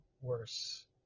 worse